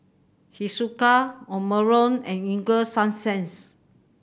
Hiruscar Omron and Ego Sunsense